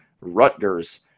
Rutgers